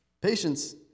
Patience